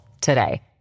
today